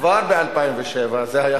כבר ב-2007 זה היה